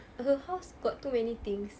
her house got too many things